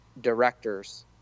directors